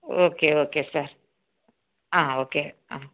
okay okay sir okay